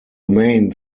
main